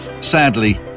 Sadly